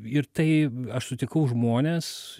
ir tai aš sutikau žmones